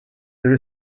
there